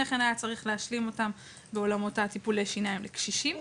כן היה צריך להשלים אותם בעולמות טיפולי השיניים לקשישים.